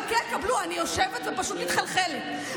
חכה, קבלו, אני יושבת ופשוט מתחלחלת.